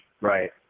Right